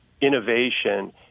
innovation